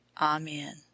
Amen